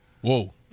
Whoa